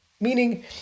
Meaning